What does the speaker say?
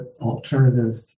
alternative